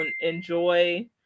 enjoy